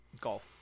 golf